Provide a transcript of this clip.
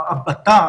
הבתה,